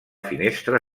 finestra